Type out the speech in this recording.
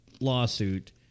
lawsuit